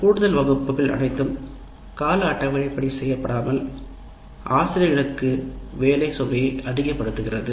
இந்த கூடுதல் வகுப்புகள் அனைத்தும் கால அட்டவணையின் படி செயல்படாமல் ஆசிரியர்களுக்கு வேலை சுமையை அதிகப்படுத்துகிறது